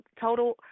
total